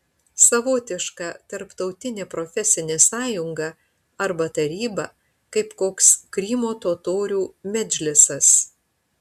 savotiška tarptautinė profesinė sąjunga arba taryba kaip koks krymo totorių medžlisas